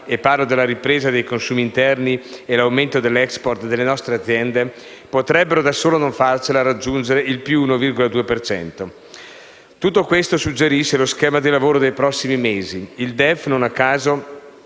- parlo della ripresa dei consumi interni e dell'aumento dell'*export* delle nostre aziende - potrebbero da sole non farcela a raggiungere l'obiettivo previsto (+1,2 per cento). Tutto questo suggerisce lo schema di lavoro dei prossimi mesi. Il DEF, non a caso,